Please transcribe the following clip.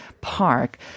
Park